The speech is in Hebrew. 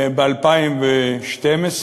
ב-2012,